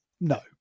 no